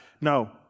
no